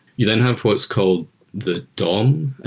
you then have what's called the dom,